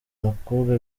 abakobwa